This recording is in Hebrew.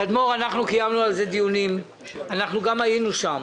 קיימנו על כך דיונים, וגם היינו שם